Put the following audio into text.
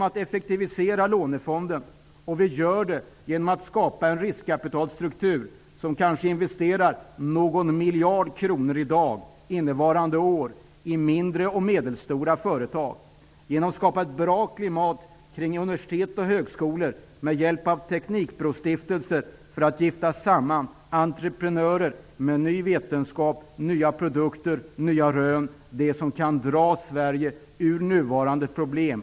Vi effektiviserar Lånefonden och skapar en riskkapitalstruktur som kanske gör att någon miljard kronor investeras i mindre och medelstora företag innevarande år. Vi skapar ett bra klimat kring universitet och högskolor med hjälp av teknikbrostiftelser som skall gifta samman entreprenörer med ny vetenskap, nya produkter och nya rön. Det skulle kunna dra Sverige ur nuvarande problem.